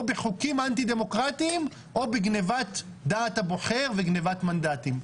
בחוקים אנטי דמוקרטיים או בגניבת דעת הבוחר וגניבת מנדטים.